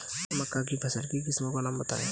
मक्का की फसल की किस्मों का नाम बताइये